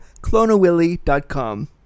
clonawilly.com